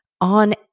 on